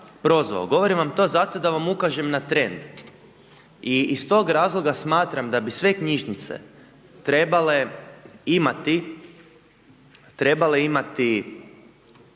prozvao, govorim vam to zato da vam ukažem na trend i stog razloga smatram da bi sve knjižnice trebale imati, trebale imati